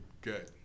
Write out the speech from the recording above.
good